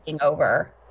over